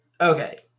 Okay